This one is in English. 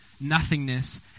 nothingness